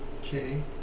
Okay